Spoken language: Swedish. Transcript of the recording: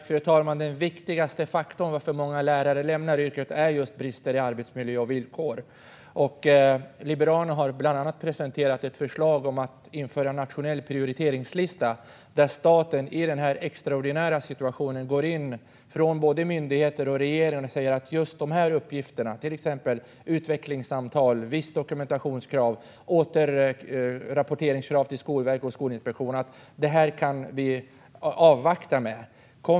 Fru talman! Den viktigaste faktorn bakom att så många lärare lämnar yrket är just brister i arbetsmiljö och villkor. Liberalerna har bland annat presenterat ett förslag om att införa nationell prioriteringslista. Där går staten i denna extraordinära situation in från myndigheter och regering och säger vad som gäller för uppgifterna. Det gäller till exempel utvecklingssamtal, vissa dokumentationskrav samt återrapporteringskrav till Skolverket och Skolinspektionen. Det är sådant som vi kan avvakta med.